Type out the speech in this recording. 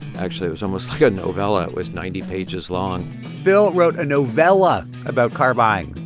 actually, it was almost, like, a novella. it was ninety pages long phil wrote a novella about car buying.